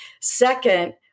Second